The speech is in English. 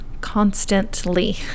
constantly